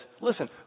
Listen